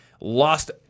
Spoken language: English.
lost